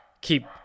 keep